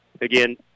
again